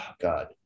God